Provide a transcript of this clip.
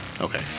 Okay